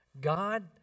God